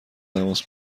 تماس